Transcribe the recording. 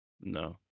No